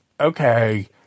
okay